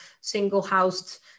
single-housed